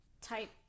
type